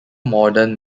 modern